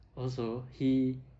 also he